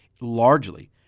largely